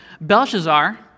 Belshazzar